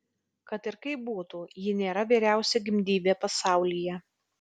kad ir kaip būtų ji nėra vyriausia gimdyvė pasaulyje